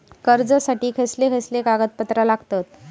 कर्जासाठी खयचे खयचे कागदपत्रा लागतली?